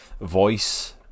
voice